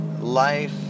life